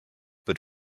but